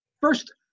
First